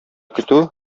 көтү